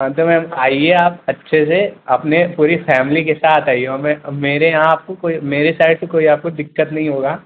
हाँ तो मैम आइए आप अच्छे से अपने पूरी फॅमिली के साथ आइए और मैँ मेरे यहाँ आपको कोई मेरी सैड से कोई आपको दिक़्क़त नहीं होगा